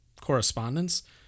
correspondence